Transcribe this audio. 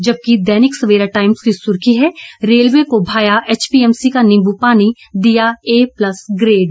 जबकि दैनिक सवेरा टाइम्स की सुर्खी है रेलवे को भाया एचपीएमसी का नींबू पानी दिया ए प्लस ग्रेड